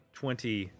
twenty